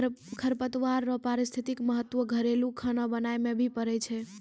खरपतवार रो पारिस्थितिक महत्व घरेलू खाना बनाय मे भी पड़ै छै